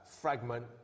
fragment